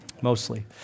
mostly